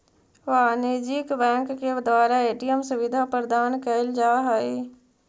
वाणिज्यिक बैंक के द्वारा ए.टी.एम सुविधा प्रदान कैल जा हइ